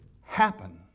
happen